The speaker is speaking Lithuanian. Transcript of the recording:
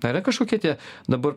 ar yra kažkokie tie dabar